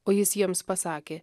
o jis jiems pasakė